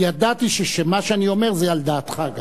אני ידעתי שמה שאני אומר יהיה גם על דעתך,